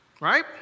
Right